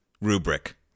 rubric